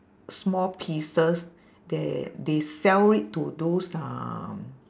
small pieces that they sell it to those uh